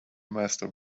master